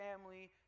family